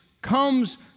comes